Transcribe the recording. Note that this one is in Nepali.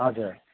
हजुर